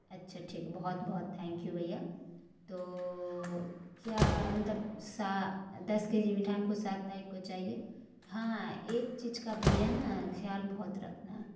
اچھا ٹھیک بہت بہت تھینک یو بھیا تو کیا مطلب سا دس کے جی مٹھائی ہم کو سات تاریخ کو چاہیے ہاں ایک چیز کا بھیا نا خیال بہت رکھنا